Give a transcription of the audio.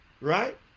right